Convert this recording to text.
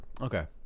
Okay